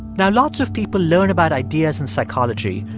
now, lots of people learn about ideas in psychology.